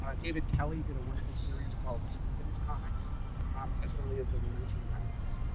ah david kelly did a wonderful series called steven's comics um as early as the nineteen ninety s,